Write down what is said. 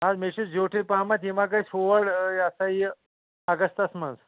نہ حظ مےٚ چُھ زِیوٹھٕے پہمتھ یہِ ما گَژھہ ہور یہِ ہسا یہِ اَگستس منٛز